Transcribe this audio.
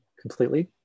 completely